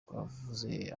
twavuze